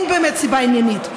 אין באמת סיבה עניינית,